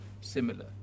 similar